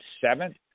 seventh